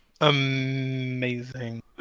Amazing